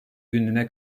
gününe